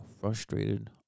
frustrated